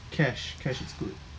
cash cash is good